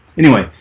anyway,